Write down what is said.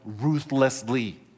ruthlessly